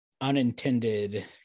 unintended